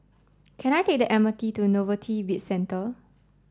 can I take the M R T to Novelty Bizcentre